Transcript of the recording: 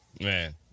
Man